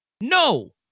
No